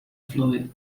fluid